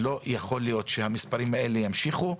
לא יכול להיות שהמספרים האלה ימשיכו.